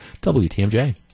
WTMJ